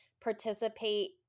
participate